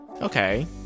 okay